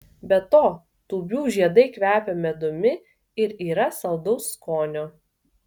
be to tūbių žiedai kvepia medumi ir yra saldaus skonio